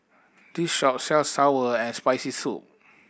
this shop sells sour and Spicy Soup